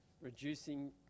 reducing